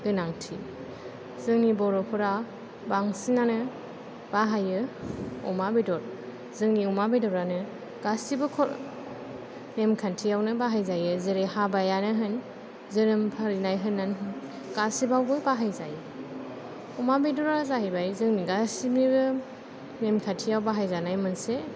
गोनांथि जोंनि बर'फोरा बांसिनानो बाहायो अमा बेदर जोंनि अमा बेदरानो गासैबो नेमखान्थियावनो बाहाय जायो जेरै हाबायानो होन जोनोम फालिनायानो होन गासियावबो बाहाय जायो अमा बेदरा जाहैबाय जोंनि गासैनिबो नेमखान्थियाव बाहाय जानाय मोनसे